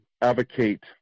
advocate